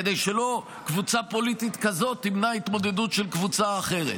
כדי שלא קבוצה פוליטית כזאת תמנע התמודדות של קבוצה אחרת,